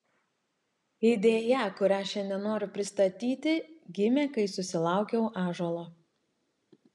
idėja kurią šiandien noriu pristatyti gimė kai susilaukiau ąžuolo